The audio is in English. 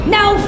Now